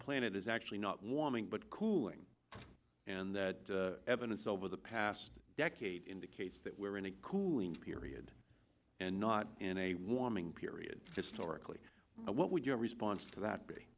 planet is actually not warming but cooling and the evidence over the past decade indicates that we're in a cooling period and not in a warming period historically what would your response to that be